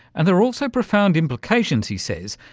and there are also profound implications, he says,